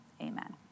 Amen